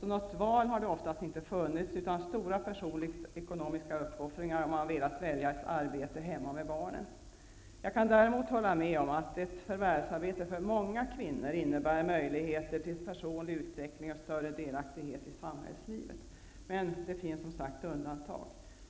något val har man inte haft, utan det har inneburit stora ekonomiska uppoffringar om man valt att arbeta hemma med barnen. Jag kan däremot hålla med om att ett förvärvsarbete för många kvinnor innebär möjligheter till personlig utveckling och större delaktighet i samhällslivet. Det finns, som sagt, undantag.